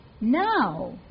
Now